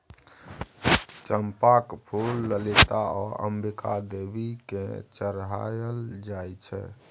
चंपाक फुल ललिता आ अंबिका देवी केँ चढ़ाएल जाइ छै